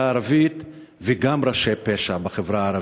הערבית וגם ראשי פשע בחברה הערבית?